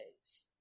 days